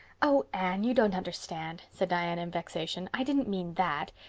oh, anne, you don't understand, said diana in vexation. i didn't mean that.